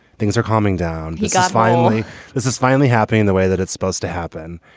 things are calming down. he's got finally this is finally happening the way that it's supposed to happen.